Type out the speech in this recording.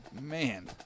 man